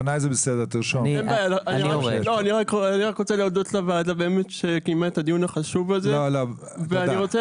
אני רק רוצה להודות לוועדה שקיימה את הדיון החשוב הזה ואני רוצה